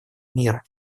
мира